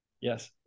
Yes